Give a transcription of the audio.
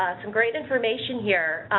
some great information here.